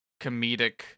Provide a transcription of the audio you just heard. comedic